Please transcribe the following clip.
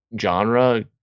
genre